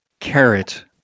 carrot